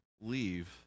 leave